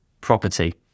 property